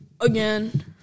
again